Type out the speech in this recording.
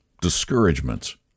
discouragements